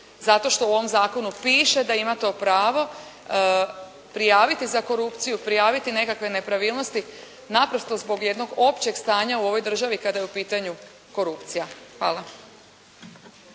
zato što u ovom zakonu piše da ima to pravo prijaviti za korupciju, prijaviti nekakve nepravilnosti naprosto zbog jednog općeg stanja u ovoj državi kada je u pitanju korupcija. Hvala.